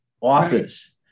office